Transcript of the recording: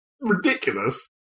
ridiculous